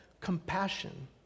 compassion